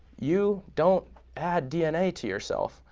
you don't add dna to yourself,